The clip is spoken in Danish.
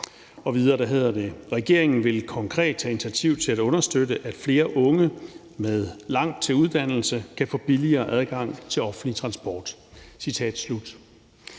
Og videre hedder det: Regeringen vil konkret tage initiativ til at understøtte, at flere unge med langt til uddannelse kan få billigere adgang til offentlig transport.